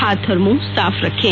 हाथ और मुंह साफ रखें